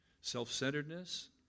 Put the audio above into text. self-centeredness